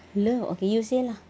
hello okay you say lah